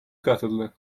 katıldı